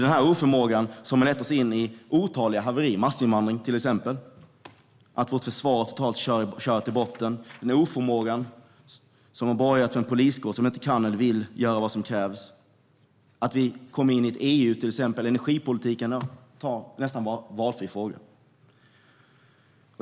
Denna oförmåga har lett till otaliga haverier, exempelvis massinvandring, ett försvar som körts totalt i botten, en poliskår som inte kan eller vill göra vad som krävs, att vi gick med i EU, energipolitiken - ja, ta valfri fråga!